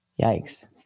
Yikes